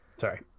Sorry